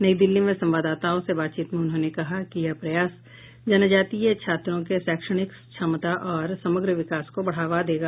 नई दिल्ली में संवाददाताओं से बातचीत में उन्होंने कहा कि यह प्रयास जनजातीय छात्रों के शैक्षणिक क्षमता और समग्र विकास को बढ़ावा देगा